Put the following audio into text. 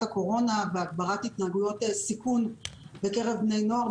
הקורונה בהגברת התנהגויות סיכון בקרב בני נוער,